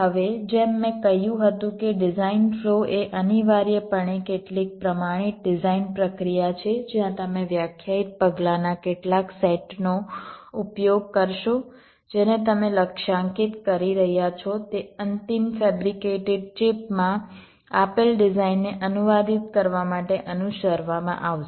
હવે જેમ મેં કહ્યું હતું કે ડિઝાઇન ફ્લો એ અનિવાર્યપણે કેટલીક પ્રમાણિત ડિઝાઇન પ્રક્રિયા છે જ્યાં તમે વ્યાખ્યાયિત પગલાંના કેટલાક સેટ નો ઉપયોગ કરશો જેને તમે લક્ષ્યાંકિત કરી રહ્યાં છો તે અંતિમ ફેબ્રિકેટેડ ચિપમાં આપેલ ડિઝાઇનને અનુવાદિત કરવા માટે અનુસરવામાં આવશે